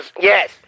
Yes